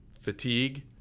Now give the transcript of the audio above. fatigue